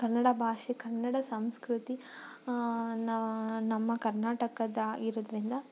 ಕನ್ನಡ ಭಾಷೆ ಕನ್ನಡ ಸಂಸ್ಕೃತಿ ನಮ್ಮ ಕರ್ನಾಟಕದ ಇರೋದ್ರಿಂದ